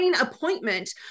appointment